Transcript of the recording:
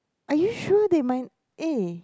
are you sure they might eh